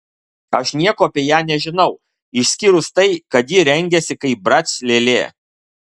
aš nieko apie ją nežinau išskyrus tai kad ji rengiasi kaip brac lėlė